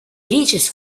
reaches